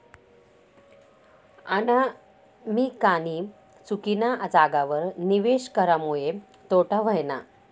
अनामिकानी चुकीना जागावर निवेश करामुये तोटा व्हयना